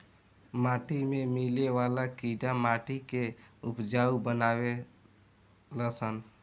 माटी में मिले वाला कीड़ा माटी के उपजाऊ बानावे लन सन